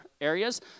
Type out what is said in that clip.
areas